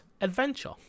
adventure